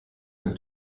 ein